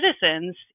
citizens